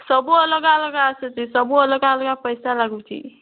ସବୁ ଅଲଗା ଅଲଗା ଆସୁଛି ସବୁ ଅଲଗା ଅଲଗା ପଇସା ଲାଗୁଛି